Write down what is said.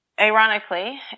ironically